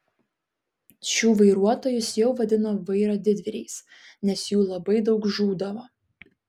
šių vairuotojus jau vadino vairo didvyriais nes jų labai daug žūdavo